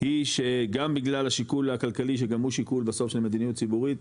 היא שגם בגלל השיקול הכלכלי שגם הוא שיקול בסוף של מדיניות ציבורית,